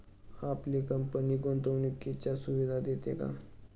आपली कंपनी गुंतवणुकीच्या सुविधा देते का?